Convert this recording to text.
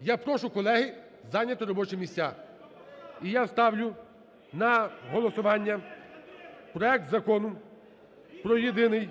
Я прошу, колеги, зайняти робочі місця. І я ставлю на голосування проект Закону про Єдиний